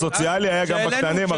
הסוציאלי היה גם בקטנים 40 אחוזים.